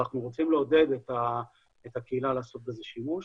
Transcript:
אבל אנחנו רוצים לעודד את הקהילה לעשות בזה שימוש.